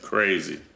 Crazy